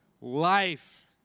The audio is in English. life